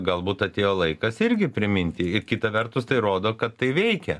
galbūt atėjo laikas irgi priminti ir kita vertus tai rodo kad tai veikia